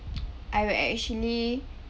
I will actually